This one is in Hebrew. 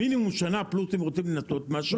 מינימום שנה פלוס אם רוצים לנסות משהו.